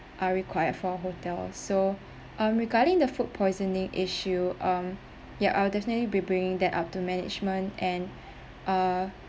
are required for hotel so um regarding the food poisoning issue um ya I'll definitely be bringing that up to management and uh